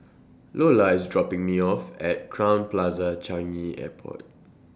Lolla IS dropping Me off At Crowne Plaza Changi Airport